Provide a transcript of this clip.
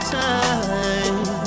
time